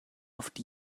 oft